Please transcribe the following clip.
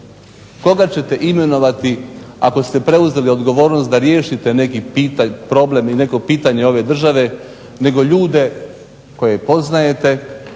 Koga ćete imenovati ako ste preuzeli odgovornost da riješite neki problem i neko pitanje ove države nego ljude koje poznajte,